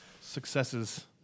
Successes